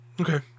Okay